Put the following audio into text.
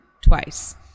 twice